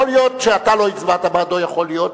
יכול להיות שאתה לא הצבעת בעדו, יכול להיות.